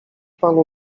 panu